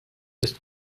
ist